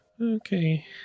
Okay